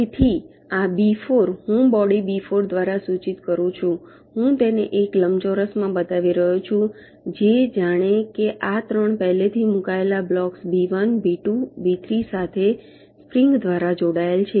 તેથી આ બી 4 હું બોડી બી 4 દ્વારા સૂચિત કરું છું હું તેને એક લંબચોરસમાં બતાવી રહ્યો છું જે જાણે કે આ ત્રણ પહેલાથી મૂકાયેલા બ્લોક્સ બી 1 બી 2 બી 3 સાથે સ્પ્રિંગ દ્વારા જોડાયેલ છે